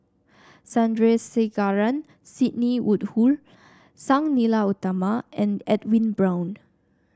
Sandrasegaran Sidney Woodhull Sang Nila Utama and Edwin Brown